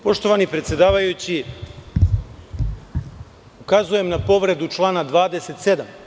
Poštovani predsedavajući, ukazujem na povredu člana 27.